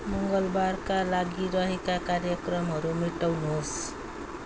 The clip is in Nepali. मङ्गलवारका लागि रहेका कार्यक्रमहरू मेटाउनुहोस्